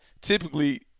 typically –